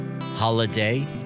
holiday